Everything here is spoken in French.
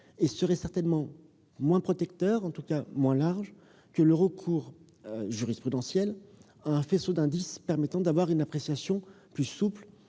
serait certainement moins protecteur, en tout cas moins englobant, que le recours jurisprudentiel à un faisceau d'indices permettant d'avoir une appréciation plus souple